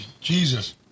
Jesus